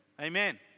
Amen